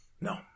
No